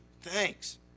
Thanks